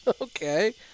Okay